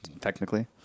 technically